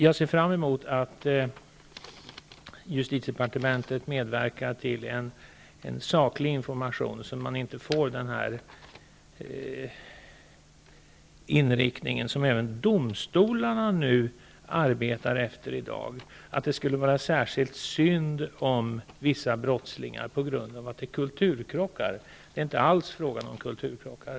Jag ser fram emot att justitiedepartementet medverkar till en saklig information, så att vi inte får den inriktning som nu även domstolarna arbetar efter, nämligen att det skulle vara särskilt synd om vissa brottslingar på grund av att det är fråga om kulturkrockar. Det är inte alls fråga om kulturkrockar.